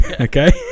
Okay